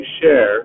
share